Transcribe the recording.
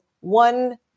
one